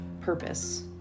purpose